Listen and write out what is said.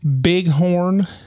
bighorn